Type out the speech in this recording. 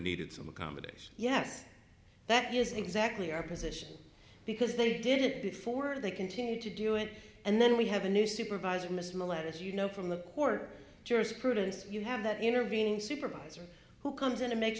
needed some accommodation yes that is exactly our position because they did it before and they continued to do it and then we have a new supervisor in this mallette as you know from the court jurisprudence you have that intervening supervisor who comes in and make